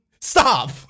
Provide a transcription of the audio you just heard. stop